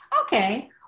okay